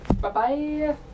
Bye-bye